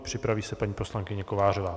Připraví se paní poslankyně Kovářová.